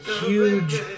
huge